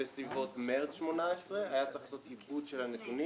בסביבות מרס 2018. היה צריך לעשות עיבוד של הנתונים.